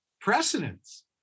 precedence